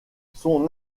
son